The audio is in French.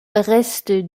reste